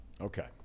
Okay